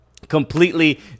completely